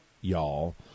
y'all